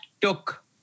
took